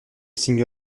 single